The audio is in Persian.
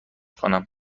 کنم